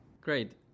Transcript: Great